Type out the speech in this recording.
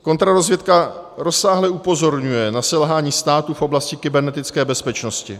Kontrarozvědka rozsáhle upozorňuje na selhání státu v oblasti kybernetické bezpečnosti.